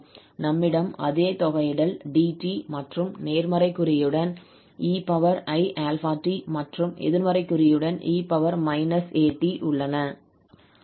நம்மிடம் அதே தொகையிடல் dt மற்றும் நேர்மறை குறியுடன் 𝑒𝑖𝛼𝑡 மற்றும் எதிர்மறை குறியுடன் 𝑒−𝑎𝑡 உள்ளன